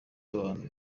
abantu